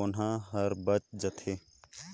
कोनहा हर बाएच जाथे